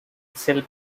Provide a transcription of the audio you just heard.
cell